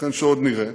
ייתכן שעוד נראה,